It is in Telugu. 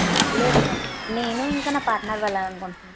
లేదు మ్యామ్ నేను ఇంకా నా పార్ట్నర్ వెళ్ళాలనుకుంటున్నాము